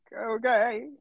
Okay